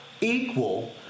equal